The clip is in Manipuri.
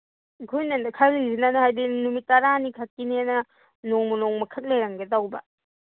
ꯑꯩꯈꯣꯏꯅ ꯈꯜꯂꯤꯁꯤꯅ ꯍꯥꯏꯗꯤ ꯅꯨꯃꯤꯠ ꯇꯔꯥꯅꯤꯈꯛꯀꯤꯅꯤꯅ ꯅꯣꯡꯃ ꯅꯣꯡꯃꯈꯛ ꯂꯩꯔꯝꯒꯦ ꯇꯧꯕ